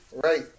Right